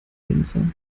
winzer